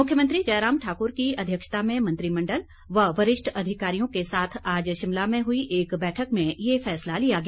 मुख्यमंत्री जयराम ठाकुर की अध्यक्षता में मंत्रिमंडल व वरिष्ठ अधिकारियों के साथ आज शिमला में हुई एक बैठक में ये फैसला लिया गया